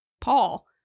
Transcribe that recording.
Paul